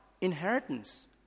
inheritance